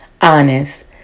honest